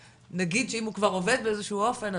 נגיד שאם הוא כבר עובד באיזשהו אופן,